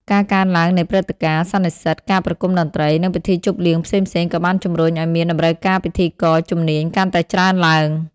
ការកើនឡើងនៃព្រឹត្តិការណ៍ សន្និសីទ ការប្រគំតន្ត្រី និងពិធីជប់លៀងផ្សេងៗក៏បានជំរុញឱ្យមានតម្រូវការពិធីករជំនាញកាន់តែច្រើនឡើង។